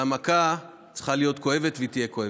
והמכה צריכה להיות כואבת, והיא תהיה כואבת.